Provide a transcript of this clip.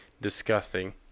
disgusting